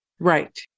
Right